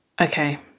Okay